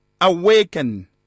awaken